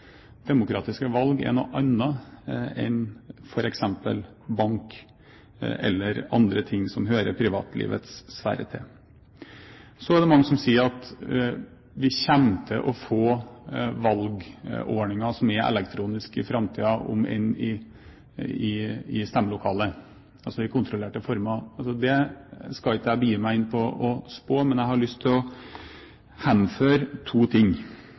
enn f.eks. bank eller andre ting som hører privatlivets sfære til. Så er det mange som sier at vi i framtiden kommer til å få valgordninger som er elektroniske, om enn i stemmelokalet, altså i kontrollerte former. Det skal ikke jeg begi meg inn på å spå om, men jeg har lyst til å henføre